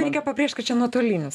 reikia pabrėžt kad čia nuotolinis